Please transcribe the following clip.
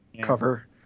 cover